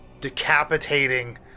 decapitating